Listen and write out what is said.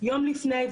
יום לפני,